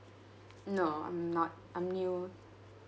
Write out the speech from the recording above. no I'm not I'm new